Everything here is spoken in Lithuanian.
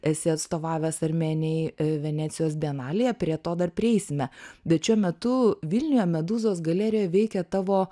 esi atstovavęs armėnijai venecijos bienalėje prie to dar prieisime bet šiuo metu vilniuje medūzos galerijoj veikia tavo